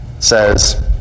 Says